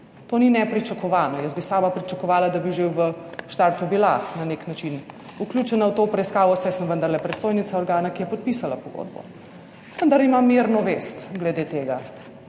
To ni nepričakovano. Jaz bi sama pričakovala, da bi že v štartu bila na nek način vključena v to preiskavo, saj sem vendarle predstojnica organa, ki je podpisala pogodbo. Vendar imam mirno vest glede tega,